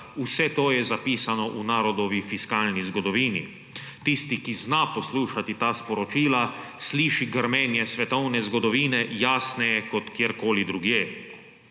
vse to je zapisano v narodovi fiskalni zgodovini. Tisti, ki zna poslušati ta sporočila, sliši grmenje svetovne zgodovine jasneje kot kjerkoli drugje.